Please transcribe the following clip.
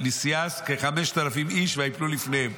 לוסיאס כחמשת אלפים איש וייפלו לפניהם"